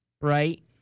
Right